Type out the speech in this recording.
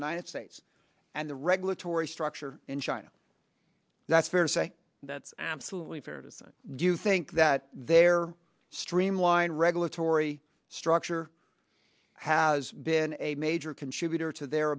united states and the regulatory structure in china that's fair to say that's absolutely fair to say do you think that there streamline regulatory structure has been a major contributor to their